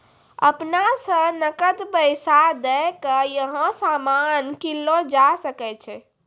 अपना स नकद पैसा दै क यहां सामान कीनलो जा सकय छै